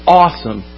awesome